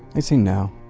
i say no.